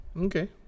okay